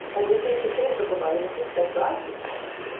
ah nuclear decays are providing the heat that drives this motion.